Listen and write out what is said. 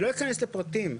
אבל לא אכנס לפרטים,